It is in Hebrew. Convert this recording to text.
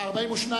1 לא נתקבלה.